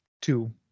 two